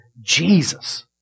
Jesus